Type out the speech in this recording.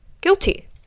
guilty